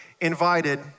invited